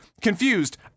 confused